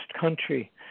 country